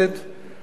אכן,